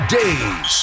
days